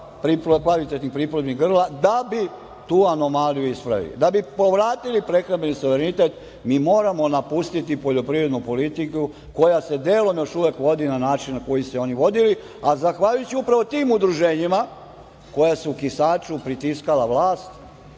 da bi tu anomaliju ispravili. Da bi povratili prehrambeni suverenitet, mi moramo napustiti poljoprivrednu politiku koja se delom još uvek vodi na način na koji su oni vodili, a zahvaljujući upravo tim udruženjima koja su u Kisaču pritiskala vlast,